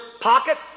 pocket